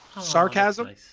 sarcasm